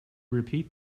repeat